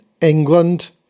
England